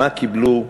מה קיבלו,